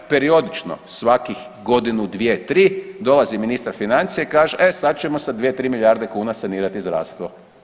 Periodično svakih godinu, dvije, tri dolazi ministar financija i kaže e sad ćemo sa 2-3 milijarde kuna sanirati zdravstvo.